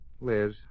Liz